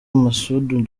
masud